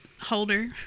holder